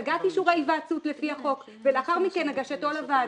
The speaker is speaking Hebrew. השגת אישורי היוועצות לפי החוק ולאחר מכן הגשתו לוועדה.